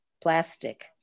plastic